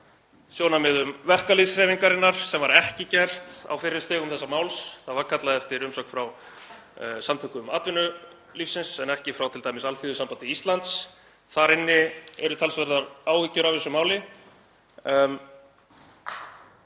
sjónarmiðum verkalýðshreyfingarinnar, sem var ekki gert á fyrri stigum þessa máls. Það var kallað eftir umsögn frá Samtökum atvinnulífsins en ekki frá t.d. Alþýðusambandi Íslands. Þar inni eru talsverðar áhyggjur af þessu máli.